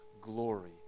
glory